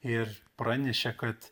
ir pranešė kad